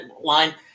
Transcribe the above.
line